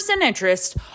interest